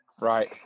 Right